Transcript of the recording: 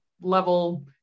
level